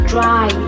Dry